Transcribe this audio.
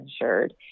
insured